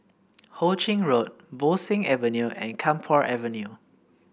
Ho Ching Road Bo Seng Avenue and Camphor Avenue